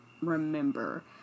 remember